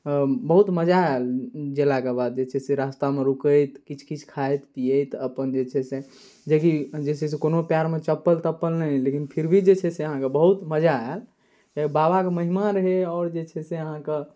बहुत मजा आएल गेलाके बाद जे छै से रास्तामे रुकैत किछु किछु खाइत पिएत अपन जे छै से जेकि जे छै से कोनो पएरमे चप्पल तप्पल नहि लेकिन फिर भी जे छै से अहाँके बहुत मजा आएल बाबाके महिमा रहै आओर जे छै से अहाँके